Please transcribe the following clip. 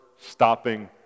stopping